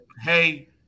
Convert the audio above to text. hey